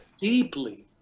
deeply